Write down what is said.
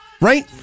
Right